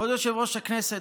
כבוד יושב-ראש הישיבה,